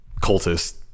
Cultist